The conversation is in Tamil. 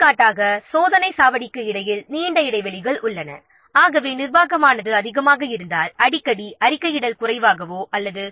எடுத்துக்காட்டாக சோதனைச் சாவடிக்கு இடையில் நீண்ட இடைவெளிகள் உள்ளன ஆகவே நிர்வாகமானது அதிகமாக இருந்தால் அடிக்கடி அறிக்கையிடல் செய்ய வேண்டும்